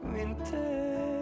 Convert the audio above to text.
Winter